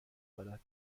دارد